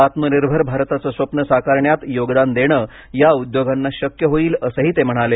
आत्मनिर्भर भारताचं स्वप्न साकारण्यात योगदान देणं या उद्योगांना शक्य होईल असही ते म्हणाले